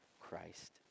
Christ